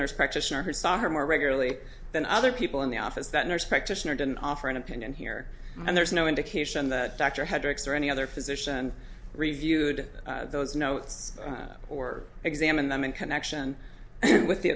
nurse practitioner who saw her more regularly than other people in the office that nurse practitioner didn't offer an opinion here and there's no indication the doctor had tricks or any other physician reviewed those notes or examined them in connection with the